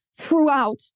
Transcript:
throughout